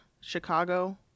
Chicago